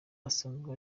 asanzwe